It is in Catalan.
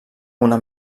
una